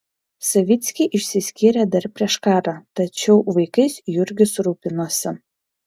savickiai išsiskyrė dar prieš karą tačiau vaikais jurgis rūpinosi